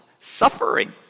suffering